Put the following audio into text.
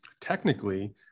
technically